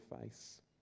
face